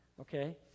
okay